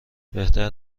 بهتر